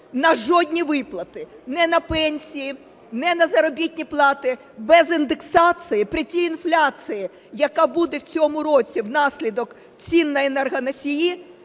на жодні виплати: ні на пенсії, ні на заробітні плати. Без індексації при тій інфляції, яка буде в цьому році внаслідок цін на енергоносії,